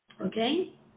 Okay